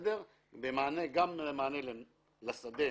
גם במענה לשדה